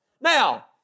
Now